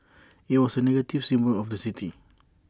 IT was A negative symbol of the city